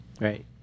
Right